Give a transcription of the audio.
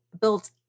built